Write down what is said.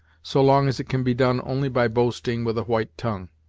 so long as it can be done only by boasting with a white tongue.